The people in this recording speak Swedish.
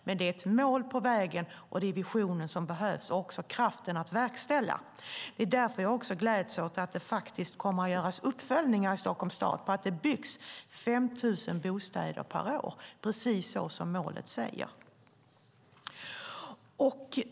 Men det är ett mål på vägen, och det är visionen och också kraften att verkställa som behövs. Det är därför som jag gläds åt att det kommer att göras uppföljningar i Stockholms stad av att det byggs 5 000 bostäder per år, precis så som målet säger.